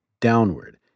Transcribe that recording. downward